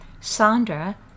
Sandra